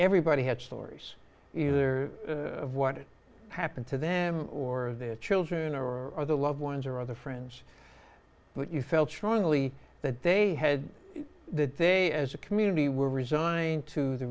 everybody had stories either of what happened to them or their children or their loved ones or other friends but you felt strongly that they had that they as a community were resigned to the